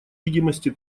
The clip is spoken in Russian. видимости